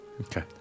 Okay